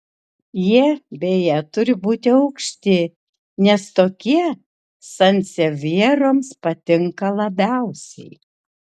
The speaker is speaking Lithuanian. jie beje turi būti aukšti nes tokie sansevjeroms patinka labiausiai